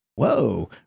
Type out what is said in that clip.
Whoa